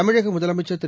தமிழகமுதலமைச்ச் திரு